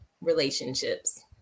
relationships